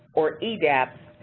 or edap,